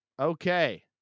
Okay